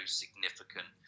significant